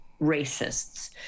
racists